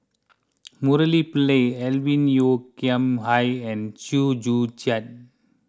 Murali Pillai Alvin Yeo Khirn Hai and Chew Joo Chiat